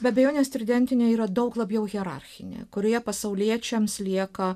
be abejonės tridentinio yra daug labiau hierarchinė kurioje pasauliečiams lieka